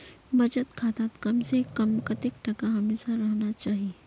बचत खातात कम से कम कतेक टका हमेशा रहना चही?